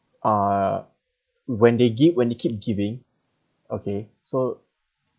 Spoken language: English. uh when they gi~ when they keep giving okay so